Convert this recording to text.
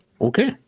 Okay